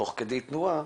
תוך כדי תנועה,